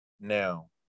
now